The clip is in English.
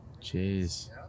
Jeez